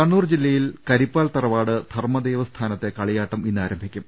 കണ്ണൂർ ജില്ലയിലെ കരിപ്പാൽ തറവാട് ധർമ്മദൈവ സ്ഥാനത്തെ കളിയാട്ടം ഇന്ന് ആരംഭിക്കും